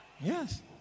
Yes